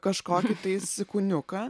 kažkokį tais kūniuką